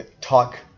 talk